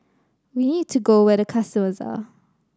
we need to go where the customers are